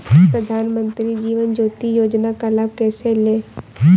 प्रधानमंत्री जीवन ज्योति योजना का लाभ कैसे लें?